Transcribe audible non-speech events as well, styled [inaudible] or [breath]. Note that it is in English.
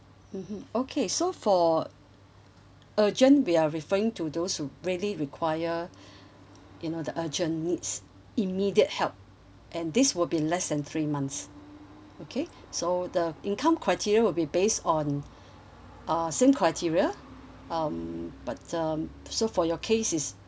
mmhmm okay so for urgent we are referring to those who really require [breath] you know the urgent needs immediate help and this will be less than three months okay so the income criteria will be based on uh same criteria um but um so for your case is